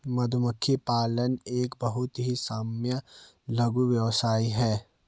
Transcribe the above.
मधुमक्खी पालन एक बहुत ही सामान्य लघु व्यवसाय है